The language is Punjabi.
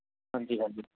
ਹਾਂਜੀ ਹਾਂਜੀ